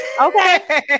Okay